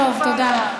טוב, תודה.